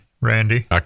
Randy